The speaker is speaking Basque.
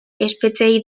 espetxeei